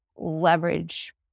leverage